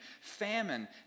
famine